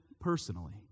personally